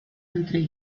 entre